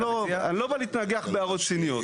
אני לא בא להתנגח בהערות ציניות.